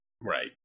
Right